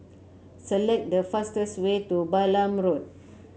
select the fastest way to Balam Road